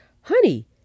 honey